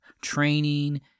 training